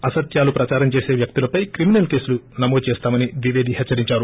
అసత్యాలు ప్రదారం చేసే వ్యక్తులపై క్రిమినల్ కేసులు నమోదుచేస్తామని ద్వివేది హెచ్చరించారు